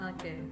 Okay